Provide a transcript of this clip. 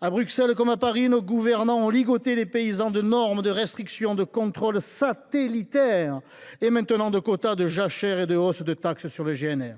À Bruxelles comme à Paris, nos gouvernants ont ligoté les paysans à grand renfort de normes, de restrictions, de contrôles satellitaires et, désormais, de quotas de jachères et de hausse de la taxe sur le GNR,